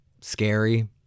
scary